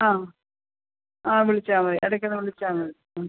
ആ ആ വിളിച്ചാൽ മതി ഇടക്കൊന്ന് വിളിച്ചാൽ മതി